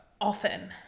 often